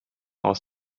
aus